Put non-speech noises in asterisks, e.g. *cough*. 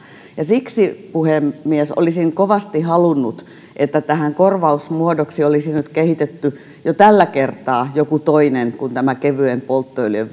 siksi puhemies olisin kovasti halunnut että tähän korvausmuodoksi olisi nyt kehitetty jo tällä kertaa joku toinen kuin tämä kevyen polttoöljyn *unintelligible*